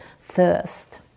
thirst